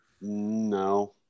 No